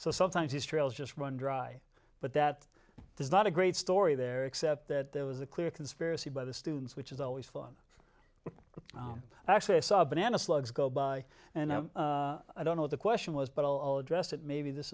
so sometimes these trails just run dry but that is not a great story there except that there was a clear conspiracy by the students which is always fun actually i saw a banana slugs go by and i don't know the question was but i'll address it maybe this